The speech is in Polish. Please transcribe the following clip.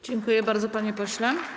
Dziękuję bardzo, panie pośle.